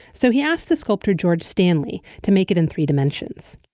so he asked the sculptor george stanley to make it in three dimensions.